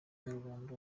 nyarwanda